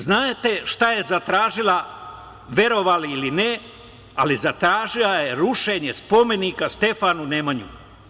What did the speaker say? Znate šta je zatražila, verovali ili ne, ali zatražila je rušenje spomenika Stefanu Nemanji.